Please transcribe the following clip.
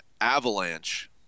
Avalanche